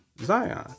zion